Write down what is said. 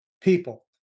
people